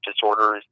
disorders